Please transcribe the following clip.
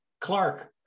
Clark